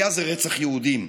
היה זה רצח יהודים.